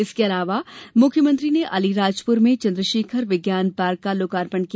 इसके अलावा मुख्यमंत्री ने अलीराजपुर में चन्द्रशेखर विज्ञान पार्क का लोकार्पण किया